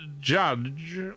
judge